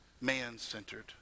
man-centered